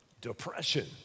Depression